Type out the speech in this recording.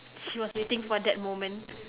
was waiting for that moment